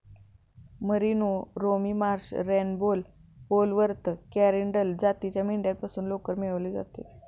merino, Romney Marsh, रॅम्बेल, Polworth, Corriedale जातीच्या मेंढ्यांपासून लोकर मिळवली जाते